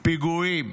פיגועים,